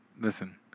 Listen